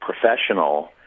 professional